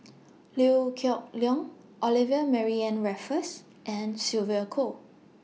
Liew Geok Leong Olivia Mariamne Raffles and Sylvia Kho